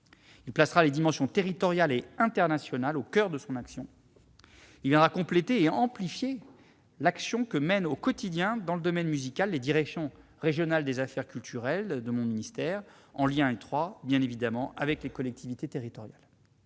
Il placera les dimensions territoriales et internationales au coeur de son action. Il viendra compléter et amplifier l'action que mènent, au quotidien, dans le domaine musical, les directions régionales des affaires culturelles de mon ministère, en lien étroit avec les collectivités territoriales.